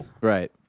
Right